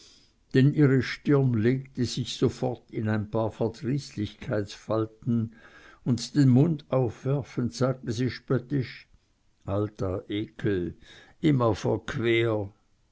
denn ihre stirn legte sich sofort in ein paar verdrießlichkeitsfalten und den mund aufwerfend sagte sie spöttisch alter ekel immer verquer